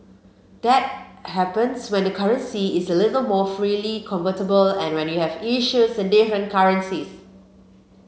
that happens when the currency is a little more freely convertible and when you have issues in different currencies